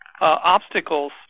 obstacles